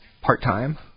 part-time